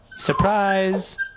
Surprise